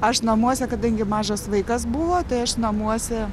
aš namuose kadangi mažas vaikas buvo tai aš namuose